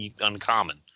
uncommon